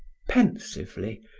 pensively,